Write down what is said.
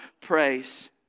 praise